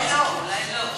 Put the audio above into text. אולי לא.